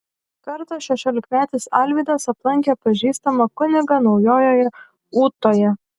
kartą šešiolikmetis alvydas aplankė pažįstamą kunigą naujojoje ūtoje